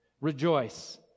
Rejoice